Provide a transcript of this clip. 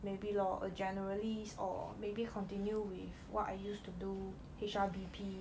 maybe lor a generalist or maybe continue with what I used to do H_R_B_P